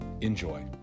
Enjoy